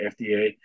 FDA